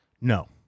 No